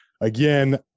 again